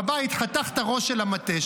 בבית חתך את הראש של המטה,